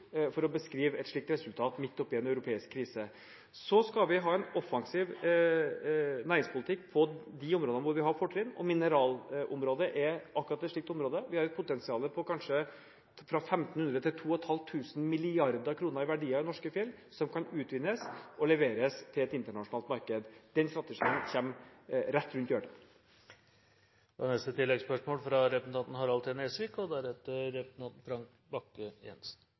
slikt resultat midt oppi en europeisk krise. Vi skal ha en offensiv næringspolitikk på de områdene hvor vi har fortrinn, og mineralområdet er akkurat et slikt område. Vi har et potensial på kanskje 1 500–2 500 mrd. kr i verdier i norske fjell som kan utvinnes og leveres til et internasjonalt marked. Den strategien er rett rundt hjørnet. Harald T. Nesvik – til oppfølgingsspørsmål. Svarene til nærings- og handelsministeren er